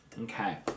Okay